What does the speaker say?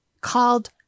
called